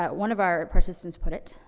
but one of our participants put it,